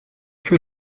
que